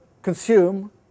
consume